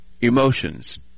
emotions